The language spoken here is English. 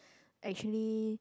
actually